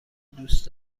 دوست